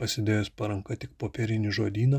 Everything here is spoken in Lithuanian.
pasidėjęs po ranka tik popierinį žodyną